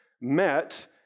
met